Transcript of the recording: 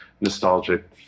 nostalgic